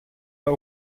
der